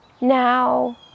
Now